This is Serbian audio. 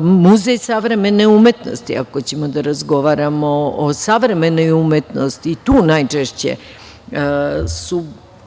Muzej savremene umetnosti, ako ćemo da razgovaramo o savremenoj umetnosti, i tu najčešće su deo